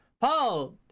Paul